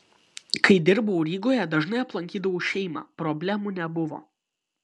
kai dirbau rygoje dažnai aplankydavau šeimą problemų nebuvo